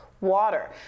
water